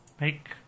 make